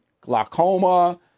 glaucoma